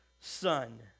son